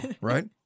right